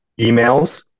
emails